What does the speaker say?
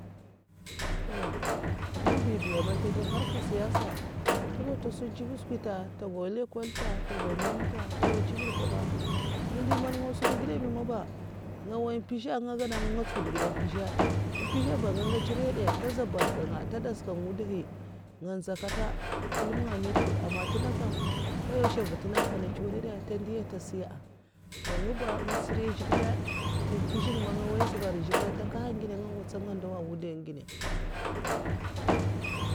To ndo mbibiya man ntè dèy harkan siyaysa ntènga ntè sun skwi ncivèd skwintè'ntè ngau nlèkwaln ntè ntè ngwo man mèm ntè ntè nwoya ncivèd nkwoba. ngè ndè man ngasun ngèèda bi mabah nga nwoya mpèza nga gada nkga ntsukwuda gèda mpèza, mpèzaba nga ngwètsa nriya dai ntè zèh bazlkannga ntè dazhkan wudahi nga nzèy nkèta kullum nga myi ntè hwudh; aman ntè nga kam koywashw mvutunga umpènna ntsuwadada ntè ndiya ntè siyya an'nguba nga ntsirinya zhigilè a'ntèn mpèz'nga man nga nwoya saba arai zhigilèn; ntèkhayèh nga ngwots nga ndwa ah mwudnga manah